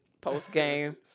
post-game